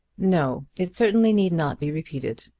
no it certainty need not be repeated.